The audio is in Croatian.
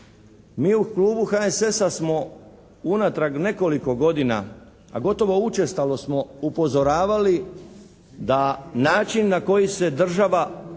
Mi u klubu HSS-a smo unatrag nekoliko godina a gotovo učestalo smo upozoravali da način na koji se država odnosi